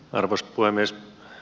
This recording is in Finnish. arvoisa puhemies